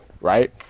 right